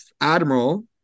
Admiral